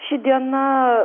ši diena